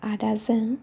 आदाजों